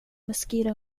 mosquito